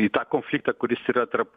į tą konfliktą kuris yra tarp